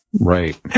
right